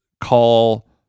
call